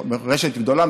רשת גדולה,